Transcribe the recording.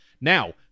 Now